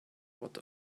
what